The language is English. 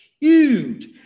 huge